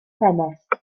ffenestr